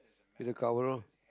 with a coverall